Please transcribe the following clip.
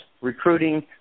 recruiting